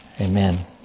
Amen